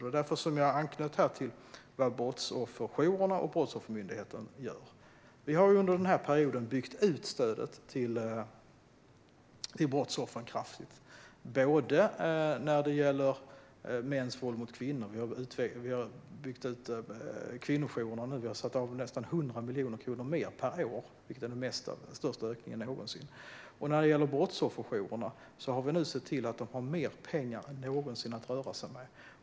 Det var därför jag anknöt till vad brottsofferjourerna och Brottsoffermyndigheten gör. Vi har under den här perioden kraftigt byggt ut stödet till brottsoffren. När det gäller mäns våld mot kvinnor har vi byggt ut kvinnojourerna - vi har satt av nästan 100 miljoner kronor mer per år, vilket är den största ökningen någonsin. När det gäller brottsofferjourerna har vi sett till att de har mer pengar än någonsin att röra sig med.